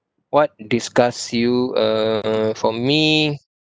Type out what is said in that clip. what disgusts you uh for me